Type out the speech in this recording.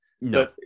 no